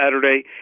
Saturday –